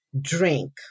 drink